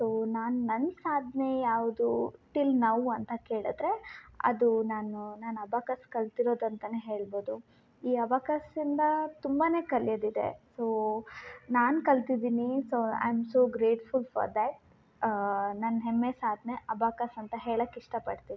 so ನಾನು ನನ್ನ ಸಾಧನೆ ಯಾವುದು ಟಿಲ್ ನೌ ಅಂತ ಕೇಳಿದರೆ ಅದು ನಾನು ನಾನು ಅಬಾಕಸ್ ಕಲ್ತಿರೋದು ಅಂತ ಹೇಳ್ಬೋದು ಈ ಅಬಾಕಸ್ಸಿಂದ ತುಂಬಾ ಕಲ್ಯೋದು ಇದೆ ಸೋ ನಾನು ಕಲ್ತಿದ್ದೀನಿ so I am so grateful for that ನನ್ನ ಹೆಮ್ಮೆ ಸಾಧನೆ ಅಬಾಕಸ್ ಅಂತ ಹೇಳಕೆ ಇಷ್ಟ ಪಡ್ತೀನಿ